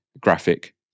graphic